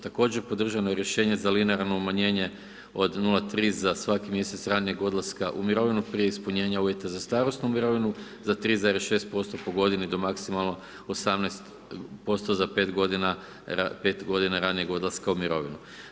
Također, podržano je rješenje za linearno umanjenje od 0,3 za svaki mjesec ranijeg odlaska u mirovinu, prije ispunjenja uvjeta za starosnu mirovinu za 3,6% po godini do maksimalno 18% za 5 godina ranijeg odlaska u mirovinu.